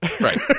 Right